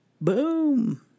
boom